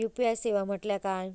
UPI सेवा म्हटल्या काय?